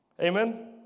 Amen